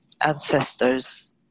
ancestors